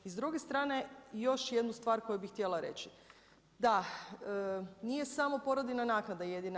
I s druge strane još jednu stvar koju bi htjela reći, da nije samo porodiljna naknada jedina.